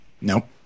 Nope